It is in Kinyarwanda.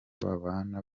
babana